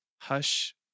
hush